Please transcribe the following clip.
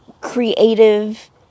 creative